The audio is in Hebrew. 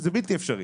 זה פשוט בלתי אפשרי.